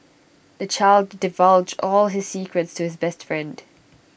the child divulged all his secrets to his best friend